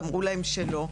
אמרו להם שלא,